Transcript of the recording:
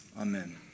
Amen